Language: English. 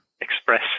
express